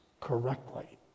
correctly